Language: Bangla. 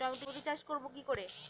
টমেটো চাষ করব কি করে?